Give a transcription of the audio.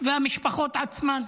והמשפחות עצמן.